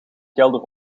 kelder